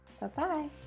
Bye-bye